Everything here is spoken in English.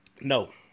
no